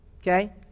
okay